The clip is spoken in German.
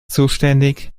zuständig